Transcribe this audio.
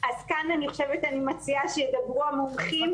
אז כאן אני חושב שאני מציעה שידברו המומחים.